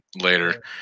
later